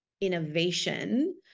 innovation